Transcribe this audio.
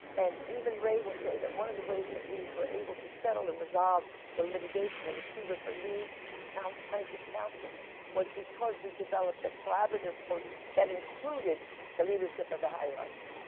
and even ray will say that one of the ways that we were able to settle and resolve the litigation in which he was the lead counsel, plaintiff's counsel was because we developed a collaborative approach that included the leadership of the hierarchy.